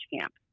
camp